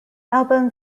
album